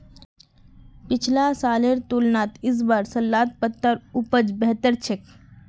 पिछला सालेर तुलनात इस बार सलाद पत्तार उपज बेहतर छेक